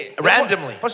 randomly